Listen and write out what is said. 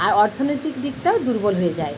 আর অর্থনৈতিক দিকটাও দুর্বল হয়ে যায়